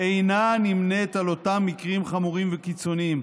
אינה נמנית עם אותם מקרים חמורים וקיצוניים,